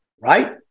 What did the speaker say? right